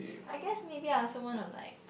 I guess maybe I also want to like